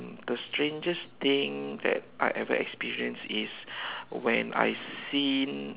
the strangest thing that I ever experience is when I've seen